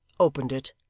opened it,